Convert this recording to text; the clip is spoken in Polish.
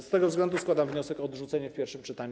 Z tego względu składam wniosek o odrzucenie w pierwszym czytaniu.